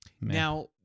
Now